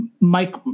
Mike